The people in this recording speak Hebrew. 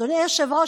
אדוני היושב-ראש,